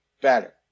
better